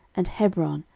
and hebron,